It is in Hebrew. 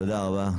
תודה רבה.